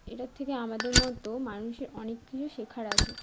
এটার থেকে আমাদের মতো মানুষের অনেক কিছু শেখার আছে